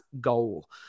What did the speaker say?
goal